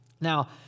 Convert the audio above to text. Now